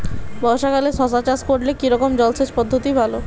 বর্ষাকালে শশা চাষ করলে কি রকম জলসেচ পদ্ধতি ভালো?